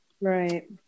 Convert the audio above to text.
Right